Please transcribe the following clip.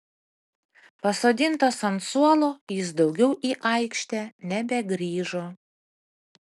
pasodintas ant suolo jis daugiau į aikštę nebegrįžo